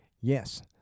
Yes